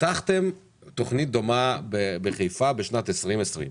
פתחתם תכנית דומה בחיפה בשנת 2020,